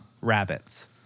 rabbits